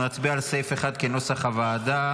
אנחנו נצביע על סעיף 1 כנוסח הוועדה.